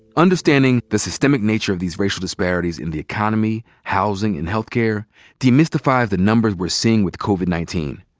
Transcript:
understanding the systemic nature of these racial disparities in the economy, housing and health care demystifies the numbers we're seeing with covid nineteen.